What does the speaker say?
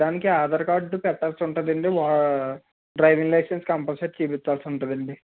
దానికి అధార్ కార్డ్ పెట్టాల్సి ఉంటుందండి డ్రైవింగ్ లైసెన్స్ కంపల్సరి చూపించాల్సి ఉంటుంది అండి